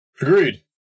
Agreed